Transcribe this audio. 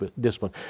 discipline